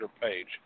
page